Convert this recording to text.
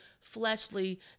fleshly